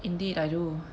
indeed I do